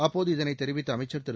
அப்போது இதனைத் தெரிவித்த அமைச்சர் திரு